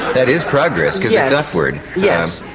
that is progress, because it's upward. yes.